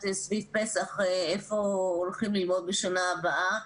סביב פסח איפה הולכים ללמוד בשנה הבאה.